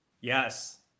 yes